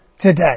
today